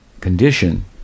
condition